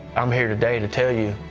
i'm here today to tell you